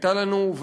הייתה לנו,